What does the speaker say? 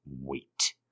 Wait